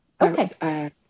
Okay